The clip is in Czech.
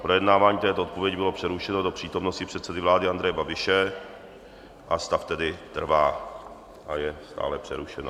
Projednávání této odpovědi bylo přerušeno do přítomnosti předsedy vlády Andreje Babiše, a stav tedy trvá, je stále přerušeno.